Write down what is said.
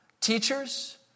teachers